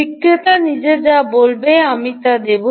বিক্রেতা নিজে যা বলবে আমি তা দেব